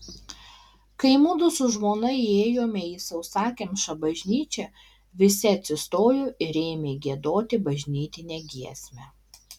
kai mudu su žmona įėjome į sausakimšą bažnyčią visi atsistojo ir ėmė giedoti bažnytinę giesmę